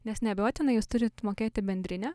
nes neabejotinai jūs turit mokėti bendrinę